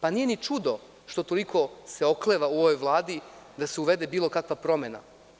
Panije ni čudo što toliko se okleva u ovoj vladi da se uvede bilo kakva promena.